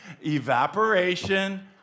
Evaporation